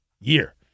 year